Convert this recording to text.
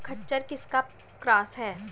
खच्चर किसका क्रास है?